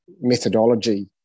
methodology